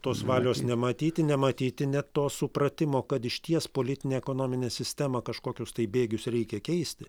tos valios nematyti nematyti net to supratimo kad išties politinę ekonominę sistemą kažkokius tai bėgius reikia keisti